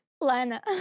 Lana